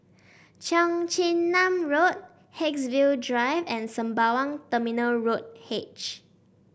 Cheong Chin Nam Road Haigsville Drive and Sembawang Terminal Road H